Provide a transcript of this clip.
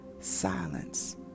silence